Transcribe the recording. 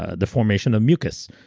ah the formation of mucus.